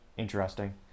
Interesting